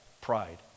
pride